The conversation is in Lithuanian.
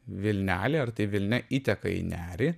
vilnelė ar tai vilnia įteka į nerį